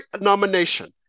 nomination